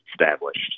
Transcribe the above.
established